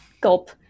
Gulp